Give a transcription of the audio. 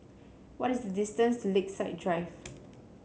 what is the distance to Lakeside Drive